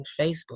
Facebook